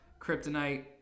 Kryptonite